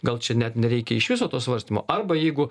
gal čia net nereikia iš viso to svarstymo arba jeigu